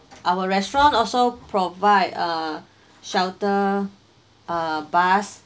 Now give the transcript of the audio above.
our restaurant also provide a shuttle uh bus